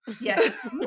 Yes